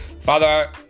Father